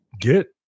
get